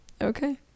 okay